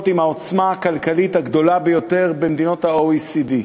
עם העוצמה הכלכלית הגדולה ביותר בקרב מדינות ה-OECD.